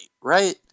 right